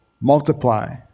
multiply